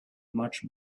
much